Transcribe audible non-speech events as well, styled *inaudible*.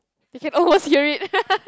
you can almost hear it *laughs*